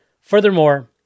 Furthermore